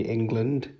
England